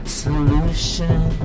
solution